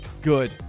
good